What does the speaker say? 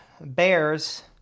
Bears